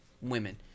women